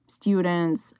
students